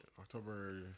October